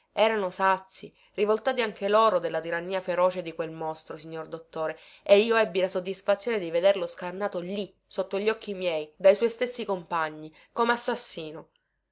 erano sazii rivoltati anche loro della tirannia feroce di quel mostro signor dottore e io ebbi la soddisfazione di vederlo scannato lì sotto gli occhi miei dai suoi stessi compagni cane assassino